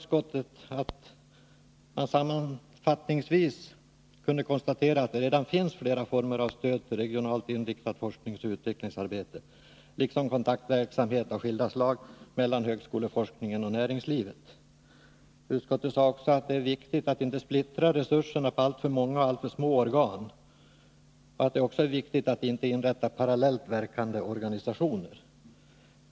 Sammanfattningsvis kunde utskottet konstatera att det redan finns flera former av stöd för regionalt inriktat forskningsoch utvecklingsarbete liksom kontaktverksamhet av skilda slag mellan högskoleforskningen och näringslivet. Utskottet sade också att det är viktigt att inte splittra resurserna på alltför många och alltför små organ och att inte inrätta parallellt verkande organisationer.